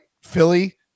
Philly